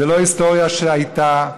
זאת לא היסטוריה שהייתה.